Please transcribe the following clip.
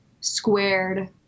squared